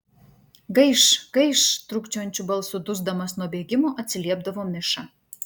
gaiš gaiš trūkčiojančiu balsu dusdamas nuo bėgimo atsiliepdavo miša